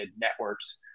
networks